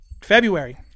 February